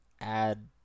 add